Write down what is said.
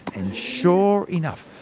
and sure enough,